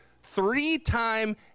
three-time